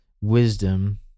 wisdom